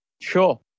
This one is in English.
Sure